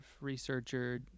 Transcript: researcher